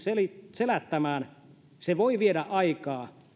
selättämään se voi viedä aikaa